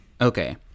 okay